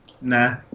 Nah